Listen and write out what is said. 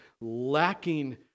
lacking